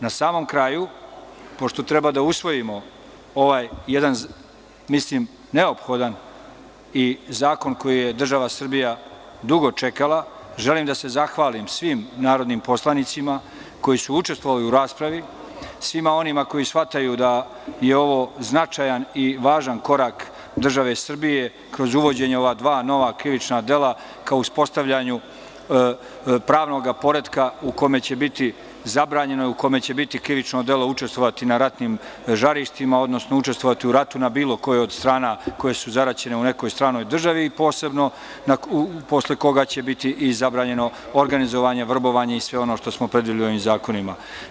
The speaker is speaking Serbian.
Na samom kraju, pošto treba da usvojimo ovaj jedan neophodan zakon koji je država Srbija dugo čekala, želim da se zahvalim svim narodnim poslanicima koji su učestvovali u raspravi, svima onima koji shvataju da je ovo značajan i važan korak države Srbije kroz uvođenje ova dva nova krivična dela ka uspostavljanju pravnog poretka u kome će biti zabranjeno i u kome će biti krivično delo učestvovati na ratnim žarištima, odnosno učestvovati u ratu na bilo kojoj od strana koje su zaraćene u nekoj stranoj državi, posebno posle koga će biti zabranjeno organizovanje, vrbovanje i sve ono što smo predvideli ovim zakonima.